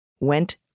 went